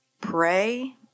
Pray